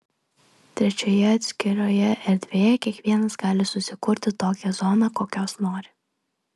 trečioje atskiroje erdvėje kiekvienas gali susikurti tokią zoną kokios nori